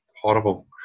horrible